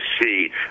see